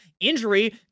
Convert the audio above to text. injury